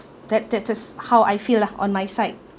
that that is how I feel uh on my side